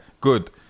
Good